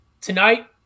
Tonight